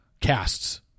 casts